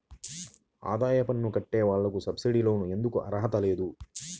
ఆదాయ పన్ను కట్టే వాళ్లకు సబ్సిడీ లోన్ ఎందుకు అర్హత లేదు?